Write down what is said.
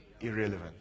irrelevant